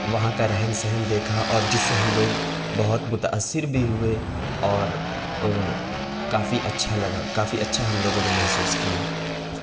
وہاں کا رہن سہن دیکھا اور جس سے ہم لوگ بہت متاثر بھی ہوئے اور کافی اچھا لگا کافی اچھا ہم لوگوں نے محسوس کیا